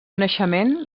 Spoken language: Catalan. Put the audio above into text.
naixement